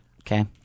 Okay